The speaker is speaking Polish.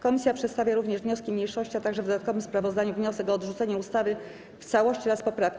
Komisja przedstawia również wnioski mniejszości, a także w dodatkowym sprawozdaniu wniosek o odrzucenie ustawy w całości oraz poprawki.